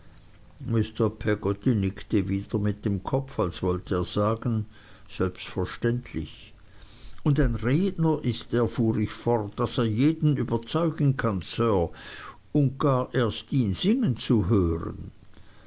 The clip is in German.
mr peggotty nickte wieder mit dem kopf als wollte er sagen selbstverständlich und ein redner ist er fuhr ich fort daß er jeden überzeugen kann sir und gar erst ihn singen zu hören